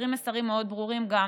מעבירים מסרים מאוד ברורים גם